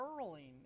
hurling